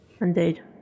Indeed